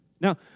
Now